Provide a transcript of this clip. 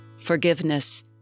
forgiveness